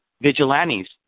vigilantes